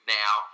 now